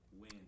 win